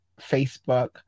Facebook